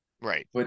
Right